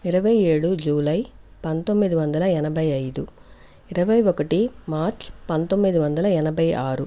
ఇరవై ఏడు జులై పంతొమ్మిది వందల ఎనభై ఐదు ఇరవై ఒకటి మార్చ్ పంతొమ్మిది వందల ఎనభై ఆరు